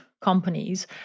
companies